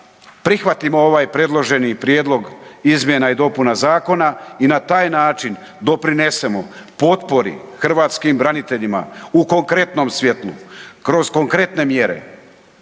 prihvatimo ovaj predloženi prijedlog izmjena i dopuna zakona i na taj način doprinesemo potpori hrvatskim braniteljima u konkretnom svjetlu, kroz konkretne mjere